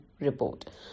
Report